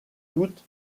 toute